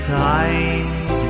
times